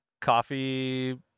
coffee